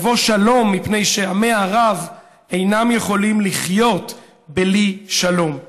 יבוא שלום מפני שעמי ערב אינם יכולים לחיות בלי שלום.